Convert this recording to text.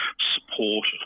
support